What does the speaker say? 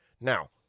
Now